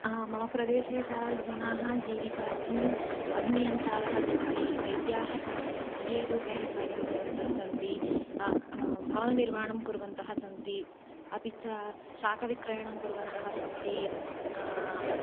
मम प्रदेशे यथा जनाः जीविकार्थम् अभियन्तारः सन्ति वैद्याः सन्ति सि ए रुपेण कार्यं कुर्वन्तः सन्ति भवननिर्माणं कुर्वन्तः सन्ति अपि च शाकाविक्रयणं कुर्वन्तः सन्ति